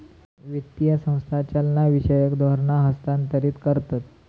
वित्तीय संस्था चालनाविषयक धोरणा हस्थांतरीत करतत